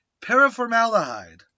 paraformaldehyde